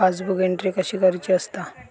Passbook entry कशी करुची असता?